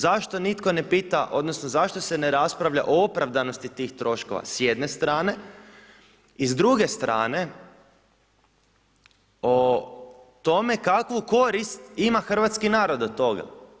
Zašto nitko ne pita odnosno zašto se ne raspravlja o opravdanosti tih troškova s jedne strane, i s druge strane, o tome kakvu korist ima hrvatski narod od toga.